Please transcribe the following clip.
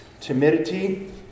timidity